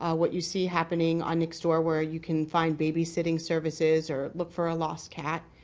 ah what you see happening on next or where you can find babysitting services or look for a lost cat.